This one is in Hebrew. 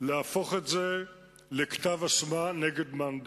להפוך את זה לכתב אשמה נגד מאן דהוא.